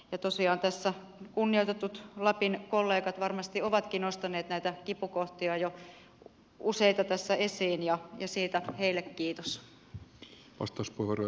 tosiaan tässä kunnioitetut lapin kollegat varmasti ovatkin nostaneet näitä kipukohtia jo useita tässä esiin ja siitä heille kiitos